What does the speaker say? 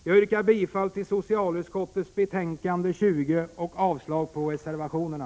Jag yrkar bifall till socialutskottets hemställan i betänkande nr 20 och avslag på reservationerna.